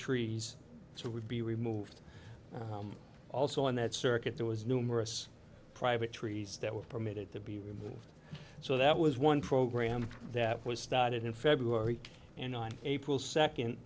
trees so it would be removed also in that circuit there was numerous private trees that were permitted to be removed so that was one program that was started in february and on april second